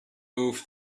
move